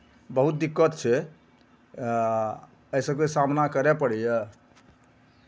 बहुत दिक्कत छै आ एहि सभके सामना करय पड़ैए